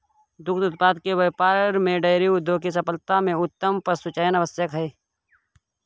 दुग्ध उत्पादन के व्यापार में डेयरी उद्योग की सफलता में उत्तम पशुचयन आवश्यक है